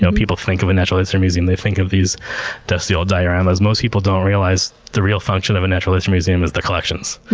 people think of a natural history museum, they think of these dusty old dioramas. most people don't realize the real function of a natural history museum is the collections.